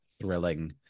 thrilling